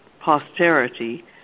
posterity